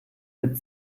mit